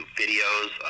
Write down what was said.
videos